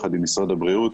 ביחד עם משרד הבריאות.